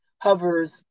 hovers